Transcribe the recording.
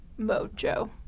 mojo